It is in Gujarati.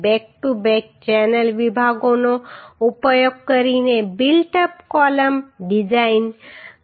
બેક ટુ બેક ચેનલ વિભાગોનો ઉપયોગ કરીને બિલ્ટ અપ કોલમ ડિઝાઇન કરો